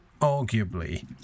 arguably